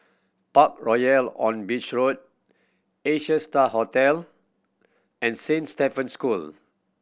Parkroyal on Beach Road Asia Star Hotel and Saint Stephen School